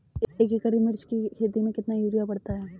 एक एकड़ मिर्च की खेती में कितना यूरिया पड़ता है?